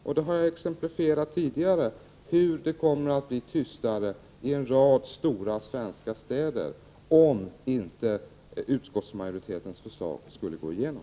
Jag har exemplifierat tidigare hur det kommer att bli tystare i en rad stora svenska städer, om inte utskottsmajoritetens förslag skulle gå igenom.